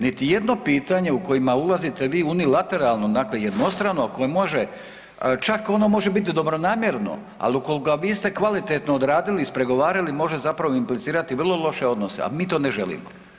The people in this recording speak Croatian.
Niti jedno pitanje u kojima ulazite vi unilateralno dakle jednostrano koje može, čak ono može bit dobronamjerno, ali ukoliko ga niste kvalitetno odradili i ispregovarali može zapravo implicirati vrlo loše odnose, a mi to ne želimo.